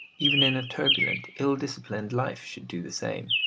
even in a turbulent, ill disciplined life, should do the same.